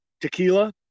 tequila